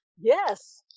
yes